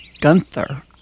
Gunther